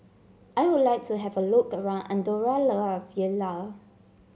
I would like to have a look around Andorra La Vella